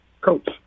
coach